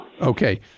Okay